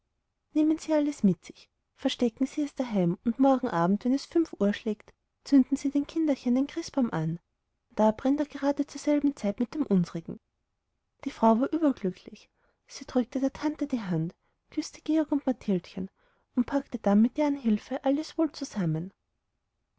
nehmen sie alles mit sich verstecken sie es daheim und morgen abend wenn es fünf uhr schlägt zünden sie den kinderchen den christbaum an da brennt er gerade zur selben zeit mit dem unsrigen die frau war überglücklich sie drückte der tante die hand küßte georg und mathildchen und packte dann mit deren hilfe alles wohl zusammen